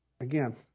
again